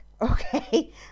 okay